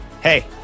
hey